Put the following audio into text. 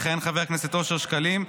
יכהן חבר הכנסת אושר שקלים,